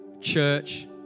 church